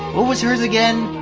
what was hers again?